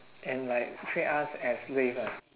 and like treat us as slave ah